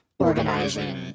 organizing